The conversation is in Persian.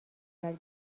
صورت